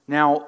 Now